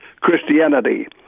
Christianity